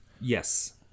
Yes